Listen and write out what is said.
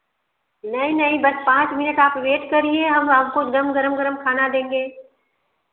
नहीं नहीं बस पाँच मिनट आप वेट करिए हम आपको एक दम गर्म गर्म खाना देंगे